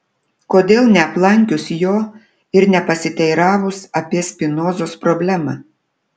kodėl neaplankius jo ir nepasiteiravus apie spinozos problemą